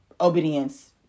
obedience